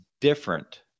different